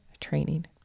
training